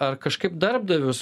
ar kažkaip darbdavius